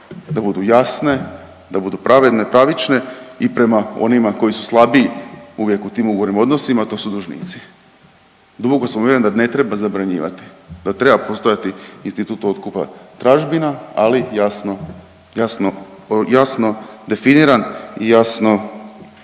da budu jasne, da budu pravedne i pravične i prema onima koji su slabiji uvijek u tim ugovornim odnosima, a to su dužnici. Duboko sam uvjeren da ne treba zabranjivati, da treba postojati institut otkupa tražbina, ali jasno, jasno, jasno